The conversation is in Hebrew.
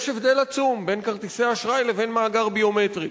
יש הבדל עצום בין כרטיסי האשראי לבין מאגר ביומטרי,